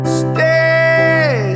stay